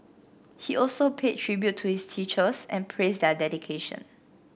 he also paid tribute to his teachers and praised their dedication